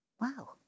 wow